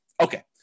Okay